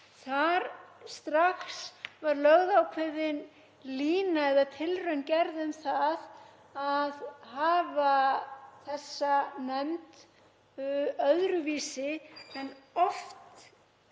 var strax lögð ákveðin lína eða tilraun gerð um það að hafa þessa nefnd öðruvísi en oft